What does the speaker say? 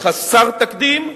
חסר תקדים,